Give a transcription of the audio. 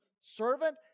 servant